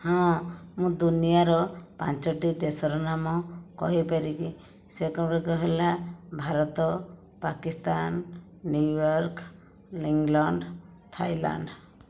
ହଁ ମୁଁ ଦୁନିଆର ପାଞ୍ଚଟି ଦେଶର ନାମ କହିପାରିବି ସେଗୁଡ଼ିକ ହେଲା Bharat Pakistan New York England Thailand